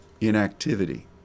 inactivity